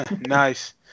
nice